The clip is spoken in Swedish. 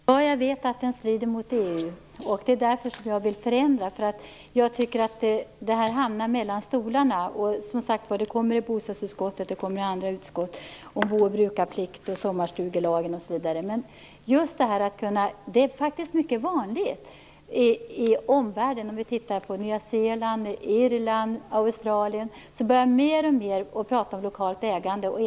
Fru talman! Ja, jag vet att den kommunala förköpsrätten står i strid med EU-reglerna. Det är därför som jag vill ha en förändring här. Jag tycker att frågan annars hamnar mellan stolarna. Frågan kommer upp i bostadsutskottet och även i andra utskott. Det gäller då bo och brukarplikt, sommarstugelagen osv. Det är faktiskt mycket vanligt i omvärlden - det är bara att titta på Nya Zeeland, Irland och Australien - att man mer och mer pratar om lokalt ägande.